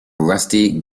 rusty